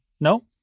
No